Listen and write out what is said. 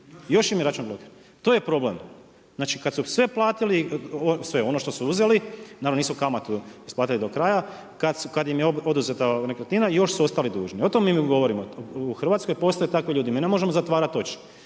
još im je račun blokiran. To je problem. Znači kad su sve platili, ono što su uzeli, naravno nisu kamatu isplatili do kraja, kad im je oduzeta nekretnina, još su ostali dužni. O tome mi govorimo. U Hrvatskoj postoje takvi ljudi, mi ne možemo zatvarati oči.